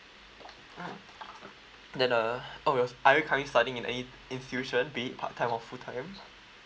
mm then uh oh are you currently studying in any institution be it part-time or full time